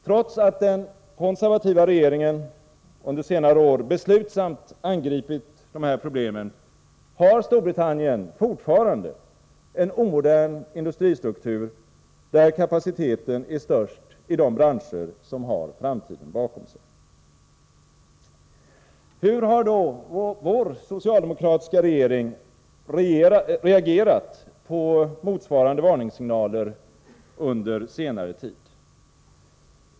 Trots att den konservativa regeringen under senare år beslutsamt angripit dessa problem, har Storbritannien fortfarande en omodern industristruktur, där kapaciteten är störst i de branscher som har framtiden bakom sig. Hur har då vår socialdemokratiska regering reagerat på motsvarande varningssignaler under senare tid?